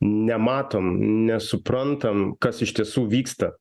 nematom nesuprantam kas iš tiesų vyksta